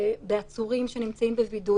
בגדול,